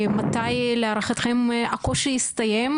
מתי להערכתם הקושי יסתיים?